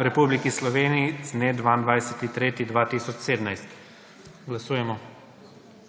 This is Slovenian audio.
v Republiki Sloveniji z dne 22. 3. 2017. Glasujemo.